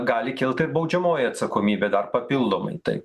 gali kilt ir baudžiamoji atsakomybė dar papildomai tai